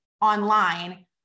online